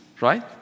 right